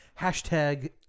Hashtag